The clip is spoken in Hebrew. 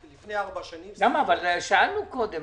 לפני ארבע שנים --- למה, אבל שאלנו קודם.